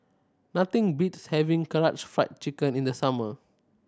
nothing beats having Karaage Fried Chicken in the summer